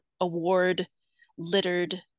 award-littered